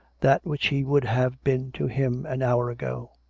that which he would have been to him an hour ago.